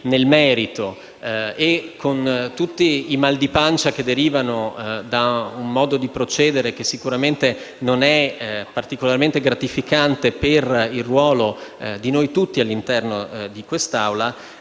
nel merito, pur con tutti i mal di pancia che derivano da un modo di procedere che sicuramente non è particolarmente gratificante per il ruolo di noi tutti all'interno di quest'Aula,